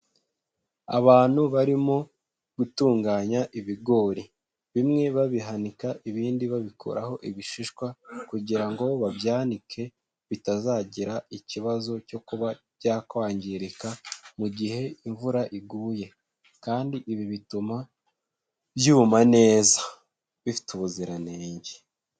Abantu barimo gutunganya ibigori, bimwe babihanika ibindi babikuraho ibishishwa kugira ngo babyanike bitazagira ikibazo cyo kuba byakwangirika mu gihe imvura iguye kandi ibi bituma byuma neza bifite ubuziranenge.